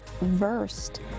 versed